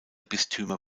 bistümer